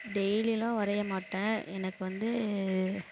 டெய்லிலாம் வரைய மாட்டேன் எனக்கு வந்து